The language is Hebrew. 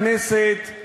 אותו